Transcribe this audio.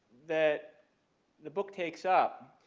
that the book takes up